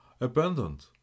abandoned